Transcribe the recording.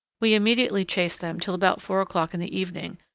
we immediately chased them till about four o'clock in the evening,